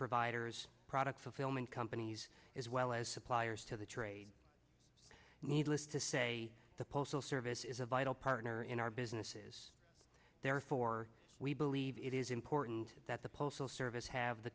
providers product fulfillment companies as well as suppliers to the trade needless to say the postal service is a vital partner in our businesses therefore we believe it is important that the postal service have the